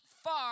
far